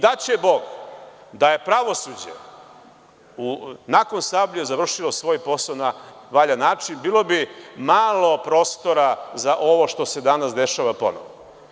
Daće Bog da je pravosuđe nakon „Sablje“ završilo svoj posao na valjan način, bilo bi malo prostora za ovo što se danas dešava ponovo.